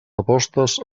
apostes